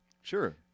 Sure